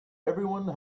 everyone